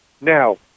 Now